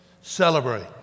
Celebrate